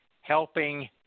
helping